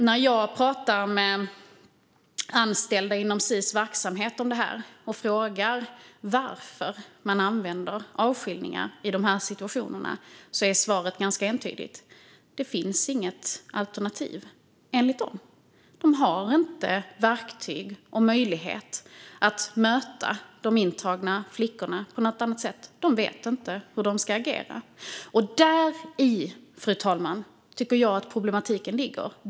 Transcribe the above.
När jag pratar med anställda inom Sis verksamhet om det här och frågar varför man använder avskiljningar i de situationerna är svaret ganska entydigt. Det finns inget alternativ, enligt dem. De har inte verktyg och möjlighet att möta de intagna flickorna på något annat sätt. De vet inte hur de ska agera. Fru talman! Där tycker jag att problematiken ligger.